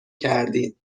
کردین